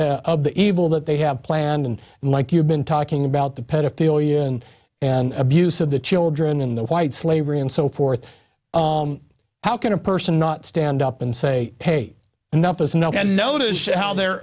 of the evil that they have planned and like you've been talking about the pedophilia and abuse of the children in the white slavery and so forth how can a person not stand up and say paid enough is enough and notice how they're